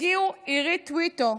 הגיעו אירית טויטו,